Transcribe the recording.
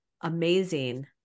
amazing